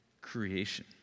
creation